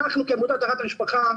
אנחנו כעמותת טהרת המשפחה,